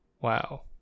wow